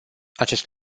acest